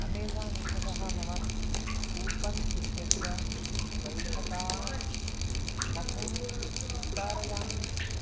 Amazon इत्यतः मम coupon इत्यस्य वैधतां कथं विस्तारयामि